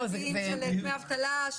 תראה את החוק של דמי אבטלה,